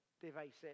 devices